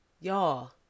y'all